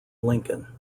lincoln